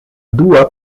dua